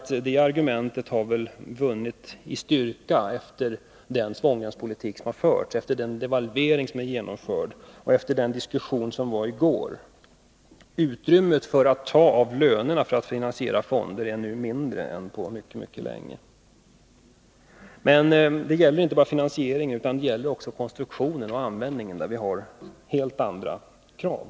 Det argumentet har väl vunnit i styrka efter den 67 svångremspolitik som har förts, efter den devalvering som är genomförd och efter den diskussion som förekom här i går. Möjligheterna att ta från löneutrymmet för att finansiera fonder är nu mindre än på mycket länge. Men det är inte bara i fråga om finansiering utan också i fråga om konstruktion och användning som vi har helt andra krav.